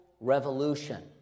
Revolution